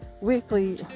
weekly